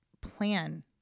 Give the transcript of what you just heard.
plan